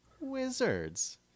Wizards